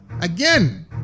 Again